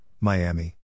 Miami